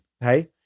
Hey